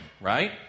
right